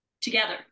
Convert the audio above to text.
together